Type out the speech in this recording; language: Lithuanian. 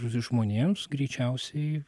žmonėms greičiausiai